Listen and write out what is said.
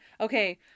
Okay